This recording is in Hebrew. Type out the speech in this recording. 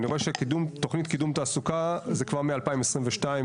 אני רואה שקידום תוכנית התעסוקה היא כבר מ-2022..